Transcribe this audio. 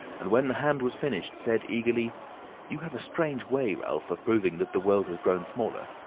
and when the hand was finished, said eagerly you have a strange way, ralph, of proving that the world has grown smaller.